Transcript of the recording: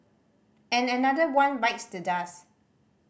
and another one bites the dust